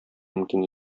мөмкин